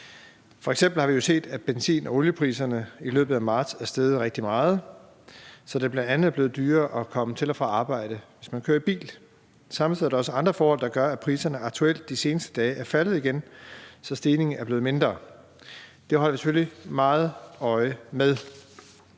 F.eks. har vi jo set, at benzin- og oliepriserne i løbet af marts er steget rigtig meget, så det bl.a. er blevet dyrere at komme til og fra arbejde, hvis man kører i bil. Samtidig er der også andre forhold, der gør, at priserne aktuelt de seneste dage er faldet igen, så stigningen er blevet mindre. Det holder vi selvfølgelig meget øje med.